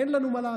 אין לנו מה לעשות?